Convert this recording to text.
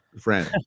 friend